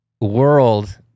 world